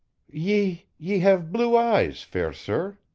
ye. ye have blue eyes, fair sir.